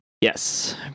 Yes